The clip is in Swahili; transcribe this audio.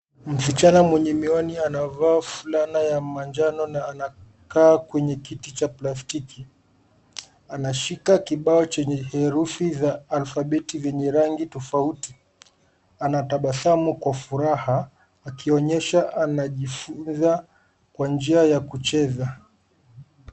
Msichana mwenye miwani anavaa fulana ya manjano na anakaa kwenye kiti cha plastiki. Anashika kibao chenye herufi za alfabeti zenye rangi tofauti .Anatabasamu kwa furaha akionyesha anajifunza kwa njia ya kucheza.